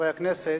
חברי הכנסת,